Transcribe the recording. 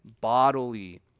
bodily